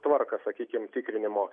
tvarką sakykim tikrinimo